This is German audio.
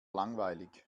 langweilig